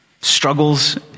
struggles